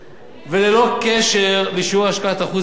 וללא קשר לשיעור השקעת החוץ בחברה.